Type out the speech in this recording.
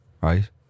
Right